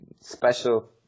special